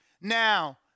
Now